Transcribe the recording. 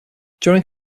during